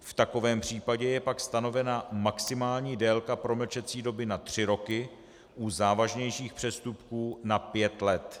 V takovém případě je pak stanovena maximální délka promlčecí doby na 3 roky, u závažnějších přestupků na 5 let.